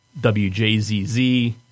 WJZZ